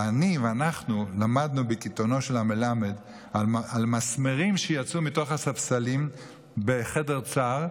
ואנחנו למדנו בקיטונו של המלמד על מסמרים שיצאו מתוך הספסלים בחדר צר,